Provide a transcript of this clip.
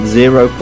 zero